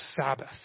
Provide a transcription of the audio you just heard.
Sabbath